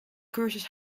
cursus